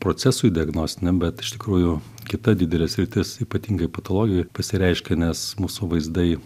procesui diagnostiniam bet iš tikrųjų kita didelė sritis ypatingai patologijoj pasireiškia nes mūsų vaizdai